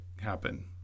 happen